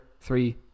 Three